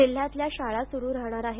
जिल्ह्यातल्या शाळा सुरू राहणार आहेत